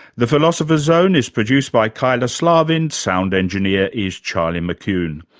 the philosopher's zone is produced by kyla slaven, sound engineer is charlie mccune.